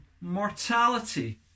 mortality